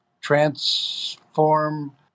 transform